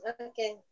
Okay